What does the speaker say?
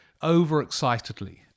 overexcitedly